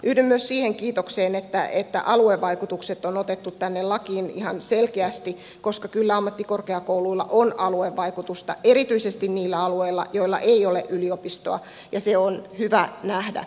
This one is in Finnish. yhdyn myös siihen kiitokseen että aluevaikutukset on otettu tänne lakiin ihan selkeästi koska kyllä ammattikorkeakouluilla on aluevaikutusta erityisesti niillä alueilla joilla ei ole yliopistoa ja se on hyvä nähdä